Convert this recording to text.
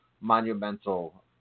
monumental